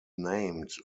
named